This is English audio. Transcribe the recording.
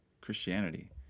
Christianity